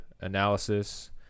analysis